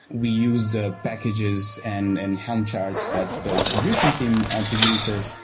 we use the packages and and helm charts that the distribution team producers.